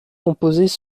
composaient